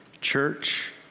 church